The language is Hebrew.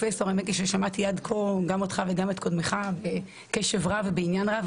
האמת היא ששמעתי עד כה גם אותך וגם את קודמך בקשב רב ובעניין רב.